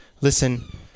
listen